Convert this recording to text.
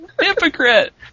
hypocrite